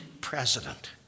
president